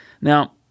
Now